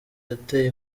yateye